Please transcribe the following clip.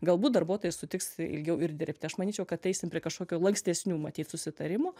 galbūt darbuotojas sutiks ilgiau ir dirbti aš manyčiau kad eisim prie kažkokio lankstesnių matyt susitarimų